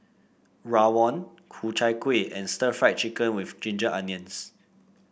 rawon Ku Chai Kueh and Stir Fried Chicken with Ginger Onions